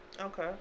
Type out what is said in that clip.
Okay